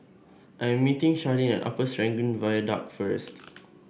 I am meeting Sharleen at Upper Serangoon Viaduct first